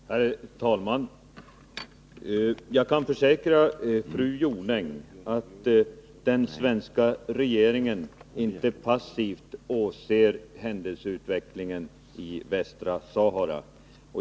Herr talman! Jag kan försäkra fru Jonäng att den svenska regeringen inte passivt åser händelseutvecklingen i Västra Sahara.